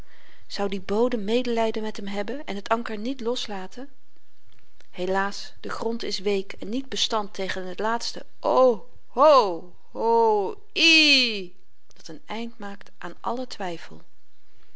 zou die bodem medelyden met hem hebben en t anker niet loslaten helaas de grond is week en niet bestand tegen t laatste o ho ho iiii dat n eind maakte aan allen twyfel